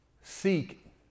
Seek